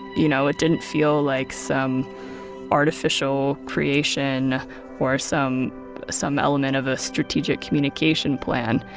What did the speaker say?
you know, it didn't feel like some artificial creation or some some element of a strategic communication plan.